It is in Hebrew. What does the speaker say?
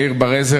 יאיר בר-עזר,